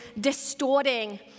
distorting